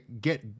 get